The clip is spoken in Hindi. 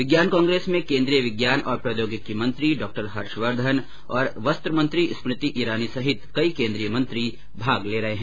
विज्ञान कांग्रेस में केन्द्रीय विज्ञान और प्रौद्योगिकी मंत्री डॉ हर्षवर्धन और वस्त्र मंत्री स्मृति ईरानी सहित कई केन्द्रीय मंत्री भाग लेंगे